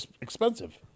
expensive